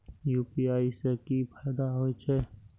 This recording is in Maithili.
यू.पी.आई से की फायदा हो छे?